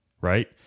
right